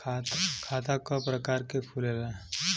खाता क प्रकार के खुलेला?